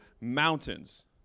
mountains